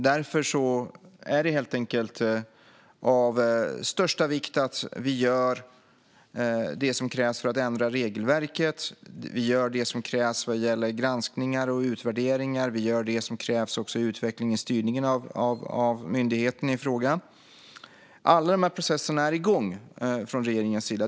Därför är det av största vikt att vi gör det som krävs för att ändra regelverket, att vi gör det som krävs vad gäller granskningar och utvärderingar och att vi gör det som krävs vad gäller utvecklingen och styrningen av myndigheten i fråga. Alla dessa processer är igång från regeringens sida.